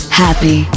happy